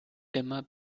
immer